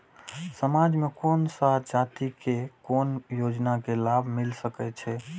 समाज में कोन सा जाति के कोन योजना के लाभ मिल सके छै?